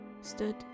stood